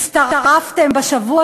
הצטרפתם בשבוע